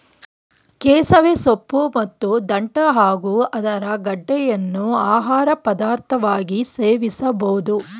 ಕೆಸವೆ ಸೊಪ್ಪು ಮತ್ತು ದಂಟ್ಟ ಹಾಗೂ ಅದರ ಗೆಡ್ಡೆಯನ್ನು ಆಹಾರ ಪದಾರ್ಥವಾಗಿ ಸೇವಿಸಬೋದು